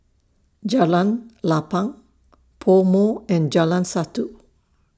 Jalan Lapang Pomo and Jalan Satu